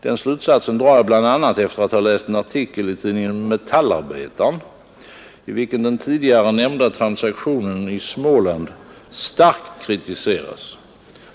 Den slutsatsen drar jag bl.a. efter att ha läst en artikel i tidningen Metallarbetaren, i vilken den tidigare nämnda transaktionen i Småland starkt kritiseras.